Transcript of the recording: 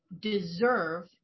deserve